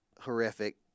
horrific